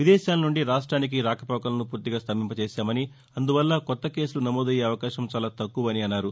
విదేశాల నుంచి రాష్ట్రానికి రాకపోకలను పూర్తిగా స్తంభింపచేశామని అందువల్ల కొత్త కేసులు నమోదయ్యే అవకాశం చాలా తక్కువని అన్నారు